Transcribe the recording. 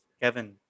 Kevin